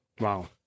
Wow